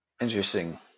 Interesting